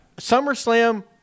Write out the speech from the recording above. SummerSlam